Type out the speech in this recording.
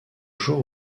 jour